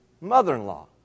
mother-in-law